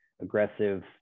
aggressive